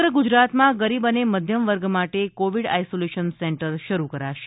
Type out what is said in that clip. સમગ્ર ગુજરાતમાં ગરીબ અને મધ્યવર્ગ માટે કોવિડ આઈસોલેશન સેન્ટર શરૂ કરાશે